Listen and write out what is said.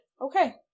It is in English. Okay